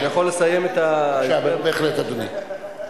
בשל טיבן של סמכויותיו.